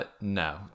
No